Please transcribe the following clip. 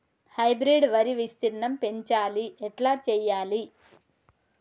Hybrid వరి విస్తీర్ణం పెంచాలి ఎట్ల చెయ్యాలి?